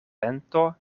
vento